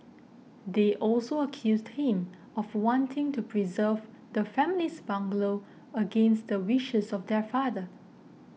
they also accused him of wanting to preserve the family's bungalow against the wishes of their father